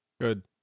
Good